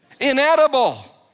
inedible